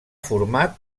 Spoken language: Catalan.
format